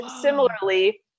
similarly